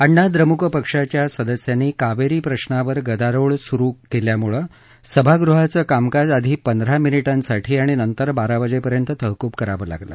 अण्णा द्रमुक पक्षाच्या सदस्यांनी कावेरी प्रश्नावर गदारोळ सुरू केल्यामुळे सभागृहाचं कामकाज आधी पंधरा मिनिटांसाठी आणि नंतर बारा वाजेपर्यंत तहकूब करावं लागलं